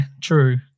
true